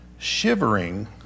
shivering